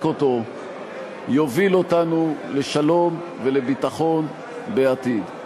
אותו יוביל אותנו לשלום ולביטחון בעתיד.